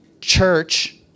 church